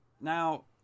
Now